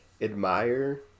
admire